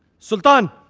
sultan!